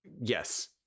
Yes